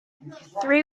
three